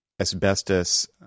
asbestos